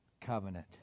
covenant